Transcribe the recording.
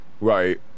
Right